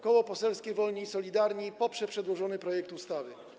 Koło Poselskie Wolni i Solidarni poprze przedłożony projekt ustawy.